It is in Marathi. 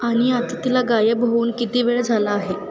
आणि आता तिला गायब होऊन किती वेळ झाला आहे